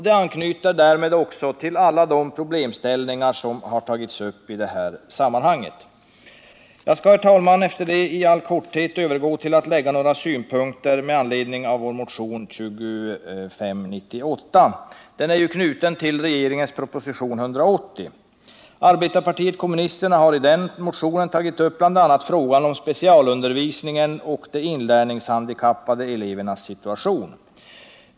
Det anknyter därmed också till alla de problemställningar som har tagits upp i detta sammanhang. Jag skall, herr talman, nu övergå till att i all korthet lägga några synpunkter med anledning av vår motion 2598. Den är knuten till regeringens proposition 180. Arbetarpartiet kommunisterna har i motionen tagit upp bl.a. frågan om specialundervisningen och de inlärningshandikappade elevernas situation.